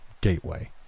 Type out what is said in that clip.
gateway